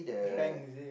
rank is it